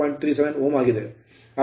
37 Ω ಆಗುತ್ತಿದೆ